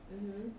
um hmm